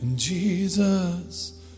Jesus